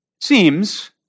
Seems